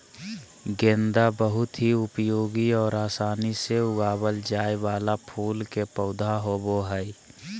गेंदा बहुत ही उपयोगी और आसानी से उगावल जाय वाला फूल के पौधा होबो हइ